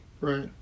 Right